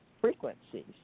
frequencies